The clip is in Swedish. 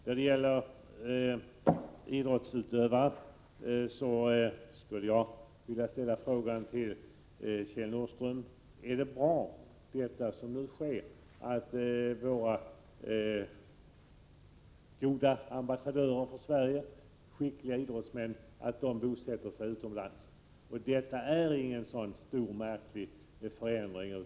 När det gäller idrottsutövare vill jag ställa följande fråga till Kjell Nordström: Är det bra, som nu sker, att de goda ambassadörer för Sverige som våra skickliga idrottsmän är bosätter sig utomlands? Det är inte fråga om någon stor och märklig förändring.